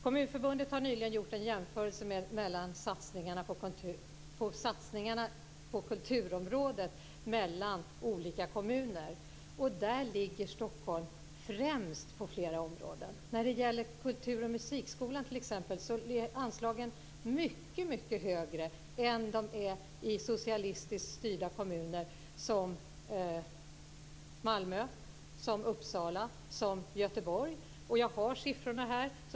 Kommunförbundet har nyligen gjort en jämförelse mellan satsningarna på kulturområdet mellan olika kommuner. Där ligger Stockholm främst på flera områden. När det gäller t.ex. kultur och musikskolan är anslagen mycket högre än de är i socialistiskt styrda kommuner som Malmö, Uppsala och Göteborg. Jag har siffrorna här.